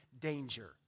danger